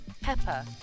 pepper